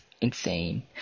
insane